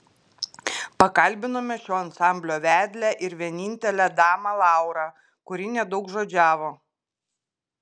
pakalbinome šio ansamblio vedlę ir vienintelę damą laurą kuri nedaugžodžiavo